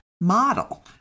model